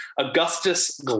Augustus